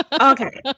okay